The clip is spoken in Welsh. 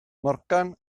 morgan